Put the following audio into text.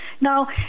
Now